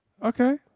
Okay